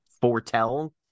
foretell